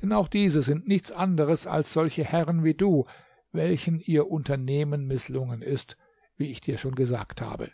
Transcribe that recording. denn auch diese sind nichts anderes als solche herren wie du welchen ihr unternehmen mißlungen ist wie ich dir schon gesagt habe